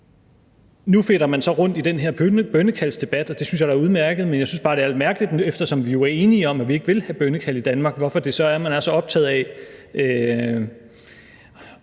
Nu fedter man så rundt i den her bønnekaldsdebat, og det synes jeg da er udmærket, men jeg synes bare, det er lidt mærkeligt, eftersom vi jo er enige om, at vi ikke vil have bønnekald i Danmark, at man er så optaget af,